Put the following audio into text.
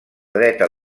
dreta